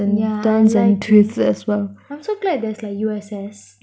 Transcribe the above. yeah I like thrills as well I'm so glad there is like U_S_S